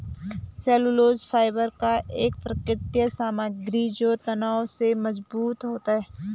cellulose fibre का एक प्राकृतिक समग्र जो तनाव में मजबूत होता है